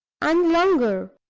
and longer.